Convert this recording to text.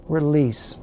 release